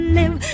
live